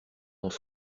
dans